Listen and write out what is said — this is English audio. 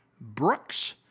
Brooks